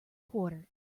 quarter